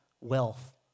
wealth